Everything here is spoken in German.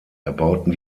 erbauten